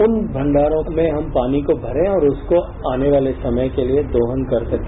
उन भण्डारों में हम पानी को भरें और उसको आने वाले समय के लिए दोहन कर सकें